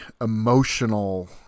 emotional